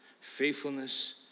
faithfulness